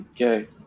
okay